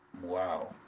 Wow